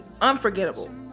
unforgettable